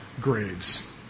graves